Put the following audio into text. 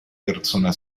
persona